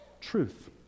truth